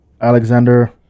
Alexander